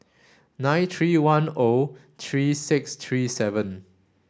nine three one O three six three seven